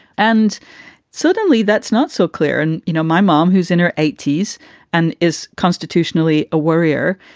and suddenly that's not so clear. and you know, my mom, who's in her eighty s and is constitutionally a worrier,